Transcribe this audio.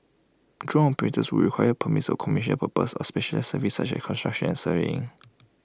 drone operators would require permits commercial purposes or specialised services such as construction and surveying